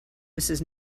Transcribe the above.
mrs